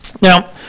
Now